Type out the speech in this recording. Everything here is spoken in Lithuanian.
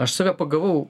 aš save pagavau